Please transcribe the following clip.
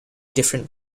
different